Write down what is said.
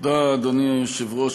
אדוני היושב-ראש,